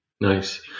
Nice